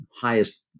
highest